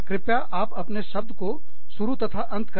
कृपया आप अपने शब्द को शुरू तथा अंत करें